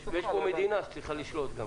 יש פה מדינה שצריכה לשלוט.